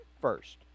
first